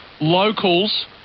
locals